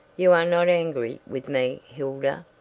you are not angry with me, hilda?